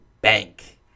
bank